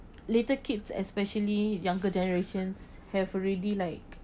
little kids especially younger generations have already like